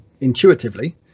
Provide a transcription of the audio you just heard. intuitively